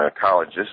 colleges